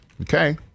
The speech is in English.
Okay